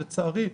שלצערי,